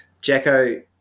Jacko